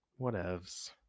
whatevs